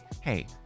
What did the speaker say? hey